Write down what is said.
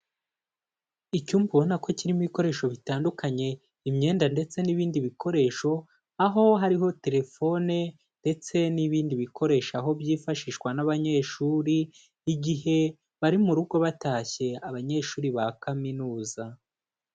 Icyumba ubona ko kirimo ibikoresho bitandukanye imyenda ndetse n'ibindi bikoresho, aho hariho telefone ndetse n'ibindi bikoresho, aho byifashishwa n'abanyeshuri igihe bari mu rugo batashye, abanyeshuri ba kaminuza.